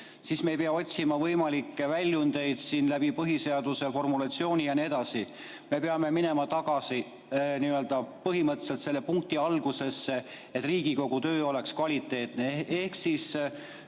siis me ei pea otsima võimalikke väljundeid põhiseaduse formulatsioonist jne. Me peame minema tagasi põhimõtteliselt selle punkti algusesse, et Riigikogu töö oleks kvaliteetne. Ehk see